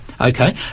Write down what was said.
Okay